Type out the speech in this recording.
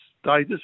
status